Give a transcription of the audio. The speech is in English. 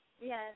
Yes